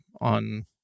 on